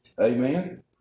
Amen